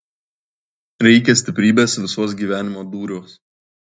reikia stiprybės visuos gyvenimo dūriuos